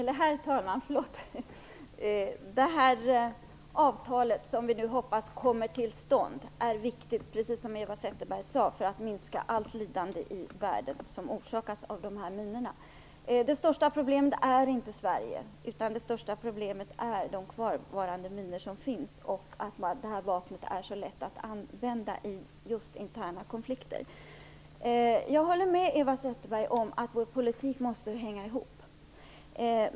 Herr talman! Det avtal som vi nu hoppas kommer till stånd är viktigt, precis som Eva Zetterberg sade, för att minska allt lidande i världen som orsakas av de här minorna. Det största problemet är inte Sverige, utan det största problemet är de kvarvarande minor som finns och att detta vapen är så lätt att använda i just interna konflikter. Jag håller med Eva Zetterberg om att vår politik måste hänga ihop.